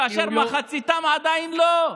כאשר מחציתם עדיין לא.